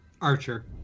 archer